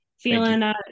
Feeling